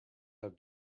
have